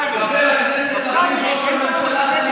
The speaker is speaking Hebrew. בפריימריז אני זוכר שרצית להיות עם סער,